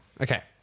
Okay